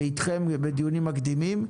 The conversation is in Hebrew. ואתכם בדיונים מקדימים.